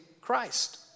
Christ